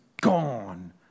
gone